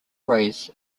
rays